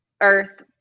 earth